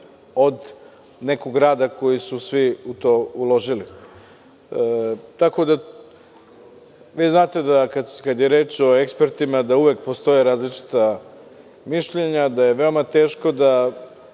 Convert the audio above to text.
od nekog rada u koji su svi uložili. Vi znate kada je reč o ekspertima da uvek postoje različita mišljenja i da je veoma teško da